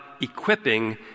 equipping